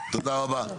תודה רבה.